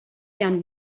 can